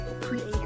creator